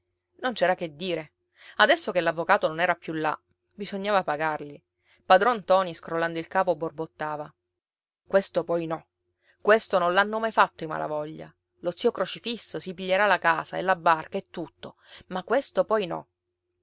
non c'era che dire adesso che l'avvocato non era più là bisognava pagarli padron ntoni scrollando il capo borbottava questo poi no questo non l'hanno mai fatto i malavoglia lo zio crocifisso si piglierà la casa e la barca e tutto ma questo poi no